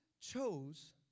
chose